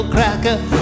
Cracker